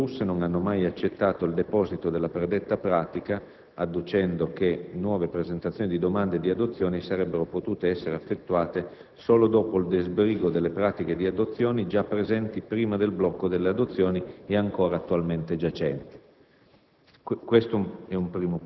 Infatti, le autorità bielorusse non hanno mai accettato il deposito della predetta pratica, adducendo che nuove presentazioni di domande di adozioni avrebbero potute essere effettuate solo dopo il disbrigo delle pratiche di adozione già presenti prima del blocco delle adozioni e ancora attualmente giacenti.